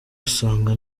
asanga